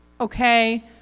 Okay